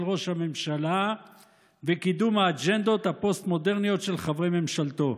ראש הממשלה וקידום האג'נדות הפוסט-מודרניות של חברי ממשלתו.